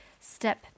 step